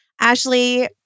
Ashley